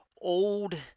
old